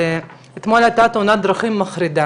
אתמול הייתה תאונת דרכים מחרידה,